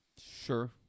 sure